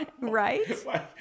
right